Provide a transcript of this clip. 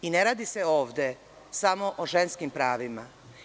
Ne radi se ovde samo o ženskim pravima.